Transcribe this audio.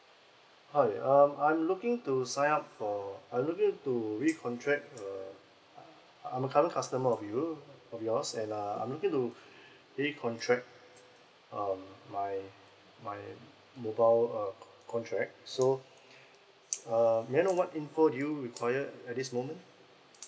hi um I'm looking to sign up I'd love to recontract err I'm a current customer of you of yours and uh I'm looking to recontract um my my mobile uh contract so uh may I know what info do you require at this moment